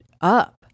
up